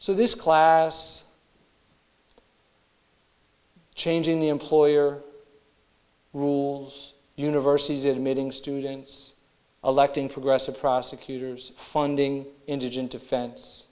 so this class changing the employer rules universities admitting students electing progressive prosecutors funding indigent defen